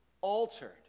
altered